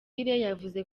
yavuze